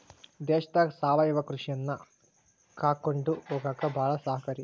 ದೇಶದಾಗ ಸಾವಯವ ಕೃಷಿಯನ್ನಾ ಕಾಕೊಂಡ ಹೊಗಾಕ ಬಾಳ ಸಹಕಾರಿ